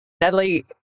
Natalie